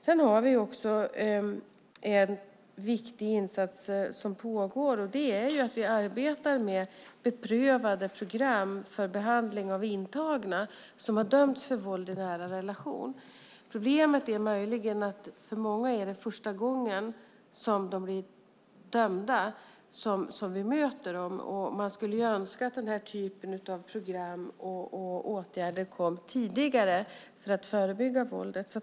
Sedan har vi också en viktig insats som pågår, och det är att vi arbetar med beprövade program för behandling av intagna som har dömts för våld i nära relation. Problemet är möjligen att för många är det första gången som de blir dömda när vi möter dem, och man skulle önska att den här typen av program och åtgärder kom tidigare för att förebygga våldet.